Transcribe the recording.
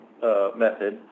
method